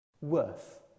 Worth